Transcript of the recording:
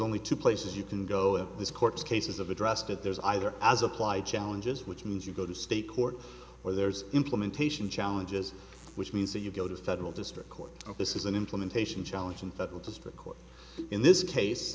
only two places you can go at this court's cases of addressed it there's either as applied challenges which means you go to a state court or there's implementation challenges which means that you go to federal district court of this is an implementation challenge in federal district court in this case